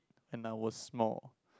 and I was small